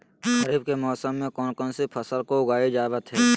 खरीफ के मौसम में कौन कौन सा फसल को उगाई जावत हैं?